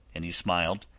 and he smiled.